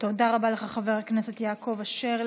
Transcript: תודה רבה, חבר הכנסת יעקב אשר.